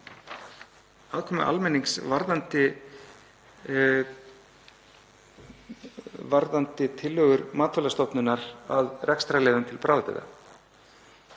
aðkomu almennings varðandi tillögur Matvælastofnunar að rekstrarleyfum til bráðabirgða.